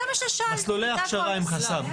מסלולי ההכשרה הם חסם,